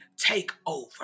takeover